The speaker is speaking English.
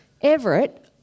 Everett